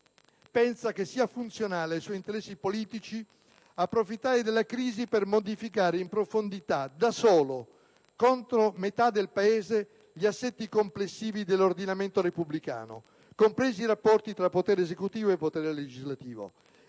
Pensa che sia funzionale ai suoi interessi politici approfittare della crisi per modificare in profondità, da solo, contro metà del Paese gli assetti complessivi dell'ordinamento repubblicano, compresi i rapporti tra potere esecutivo e potere legislativo.